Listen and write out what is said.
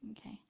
okay